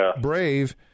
brave